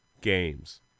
games